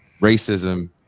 racism